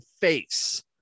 face